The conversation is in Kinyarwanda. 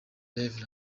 rev